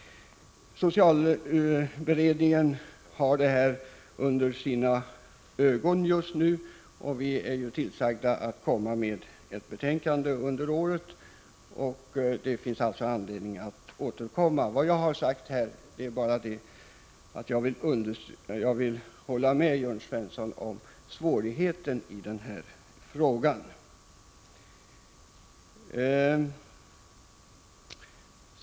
Socialberedningen har den under behandling just nu, och vi är tillsagda att lägga fram ett betänkande under året. Det finns alltså anledning att återkomma. Jag har här bara velat understryka att jag håller med Jörn Svensson när det gäller den svårighet som finns i det här avseendet.